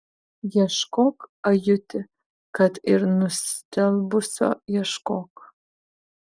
ieškok ajuti kad ir nustelbusio ieškok